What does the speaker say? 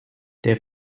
der